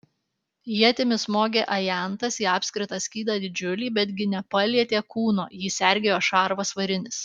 ietimi smogė ajantas į apskritą skydą didžiulį betgi nepalietė kūno jį sergėjo šarvas varinis